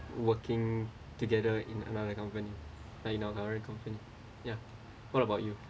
working together in another company like in our direct company ya what about you